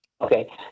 Okay